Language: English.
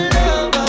love